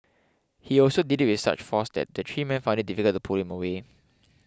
he also did it with such force that the three men found it difficult to pull him away